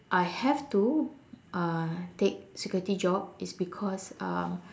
I have to uh take security job is because um